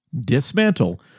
dismantle